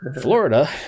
Florida